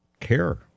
Care